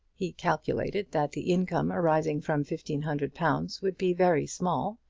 he calculated that the income arising from fifteen hundred pounds would be very small,